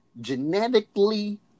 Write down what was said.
genetically